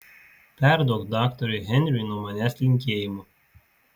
perduok daktarui henriui nuo manęs linkėjimų